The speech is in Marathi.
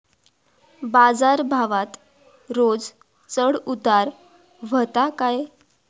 बाजार भावात रोज चढउतार व्हता काय?